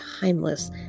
timeless